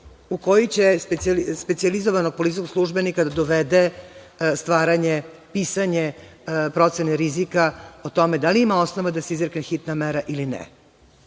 u koji će specijalizovanog policijskog službenika da dovede stvaranje, pisanje procene rizika o tome da li ima osnova da se izrekne hitna mera ili ne. Da